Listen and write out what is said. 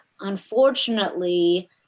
unfortunately